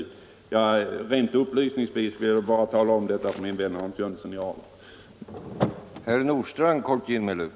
Det vill jag rent upplysningsvis tala om för min vän herr Jönsson i Arlöv.